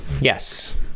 Yes